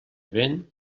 vent